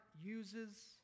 uses